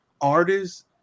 artists